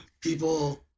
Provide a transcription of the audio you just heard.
people